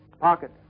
pocket